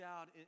out